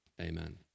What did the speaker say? amen